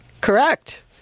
Correct